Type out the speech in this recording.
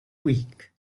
week